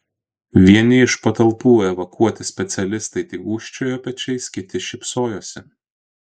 vieni iš patalpų evakuoti specialistai tik gūžčiojo pečiais kiti šypsojosi